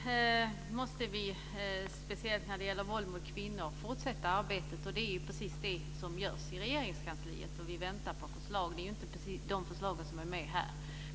Fru talman! Visst måste vi fortsätta arbetet, speciellt när det gäller våld mot kvinnor. Och det är precis det som görs i Regeringskansliet, och vi väntar på förslag. Det är ju inte de förslag som är med här.